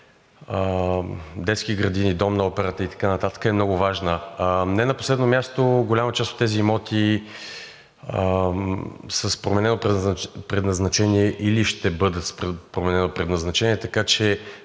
детски градини, Дом на операта и така нататък, е много важна. Не на последно място, голяма част от тези имоти са с променено предназначение или ще бъдат с променено предназначение, така че